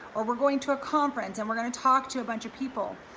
or we're going to a conference and we're gonna talk to a bunch of people.